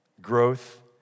growth